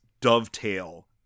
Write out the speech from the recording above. dovetail